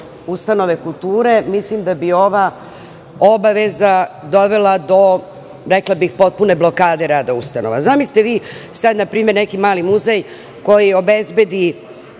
ustanove kulture, mislim da ova obaveza dovela do potpune blokade rada ustanova. Zamislite sada neki mali muzej koji obezbedi